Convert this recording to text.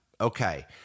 Okay